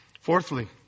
Fourthly